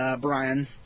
Brian